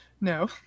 no